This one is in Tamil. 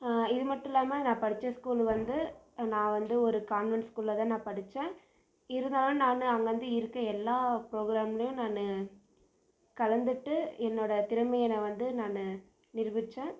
இது மட்டும் இல்லாமல் நான் படித்த ஸ்கூல் வந்து நான் வந்து ஒரு கான்வென்ட் ஸ்கூலில் தான் நான் படித்தேன் இருந்தாலும் நான் அங்கே வந்து இருக்க எல்லா புரோகிராமும் நான் கலந்துகிட்டு என்னோட திறமையை நான் வந்து நான் நிருபித்தேன்